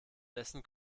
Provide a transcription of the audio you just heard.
dessen